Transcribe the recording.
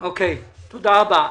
אוקיי, תודה רבה.